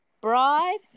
Brides